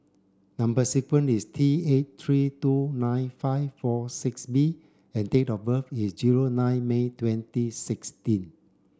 number sequence is T eight three two nine five four six B and date of birth is zero nine May twenty sixteen